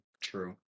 true